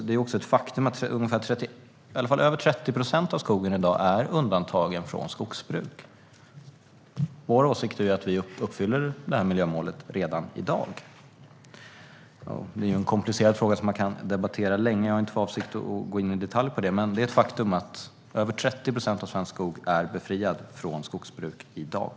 Det är också ett faktum att över 30 procent av skogen i dag är undantagen från skogsbruk. Vår åsikt är att vi uppfyller miljömålet redan i dag. Det här är en komplicerad fråga som man kan debattera länge, men jag har inte för avsikt att gå in på den i detalj. Men det är ett faktum att över 30 procent av svensk skog är befriad från skogsbruk i dag.